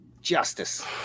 justice